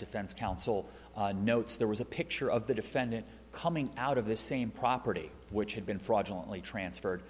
defense counsel notes there was a picture of the defendant coming out of this same property which had been fraudulent lee transferred